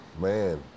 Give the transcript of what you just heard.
man